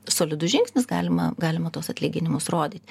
solidus žingsnis galima galima tuos atlyginimus rodyt